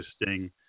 interesting